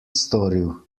storil